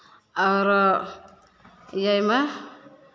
आओरो एहिमे